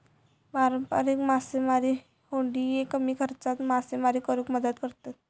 पारंपारिक मासेमारी होडिये कमी खर्चात मासेमारी करुक मदत करतत